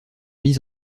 mis